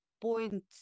point